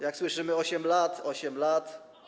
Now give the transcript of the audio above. Jak słyszymy: 8 lat, 8 lat.